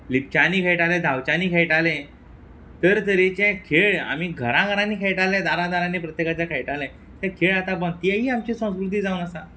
लिपच्यानी खेळटाले धांवच्यानी खेळटाले तरतरेचे खेळ आमी घरा घरांनी खेळटाले दारा दारांनी प्रत्येकाच्या खेळटाले ते खेळ आतां बंद तेयी आमचे संस्कृती जावन आसा